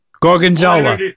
Gorgonzola